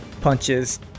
punches